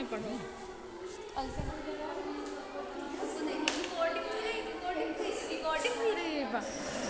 संभावित ऋण चुकौती जोखिम क्या हैं?